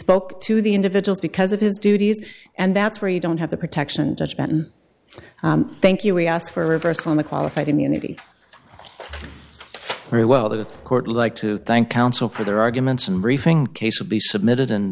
spoke to the individuals because of his duties and that's where you don't have the protection judgement thank you we asked for a reversal on the qualified immunity very well the court like to thank counsel for their arguments and briefing case will be submitted and